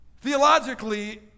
Theologically